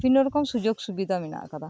ᱵᱤᱵᱷᱤᱱᱱᱚ ᱨᱚᱠᱚᱢ ᱥᱩᱡᱳᱜᱽ ᱥᱩᱵᱤᱫᱷᱟ ᱢᱮᱱᱟᱜ ᱟᱠᱟᱫᱟ